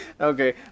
Okay